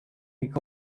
called